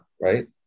right